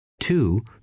two